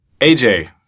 AJ